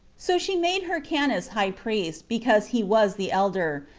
so she made hyrcanus high priest, because he was the elder,